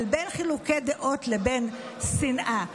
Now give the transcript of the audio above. אבל בין חילוקי דעות לבין שנאה,